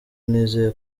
nizeye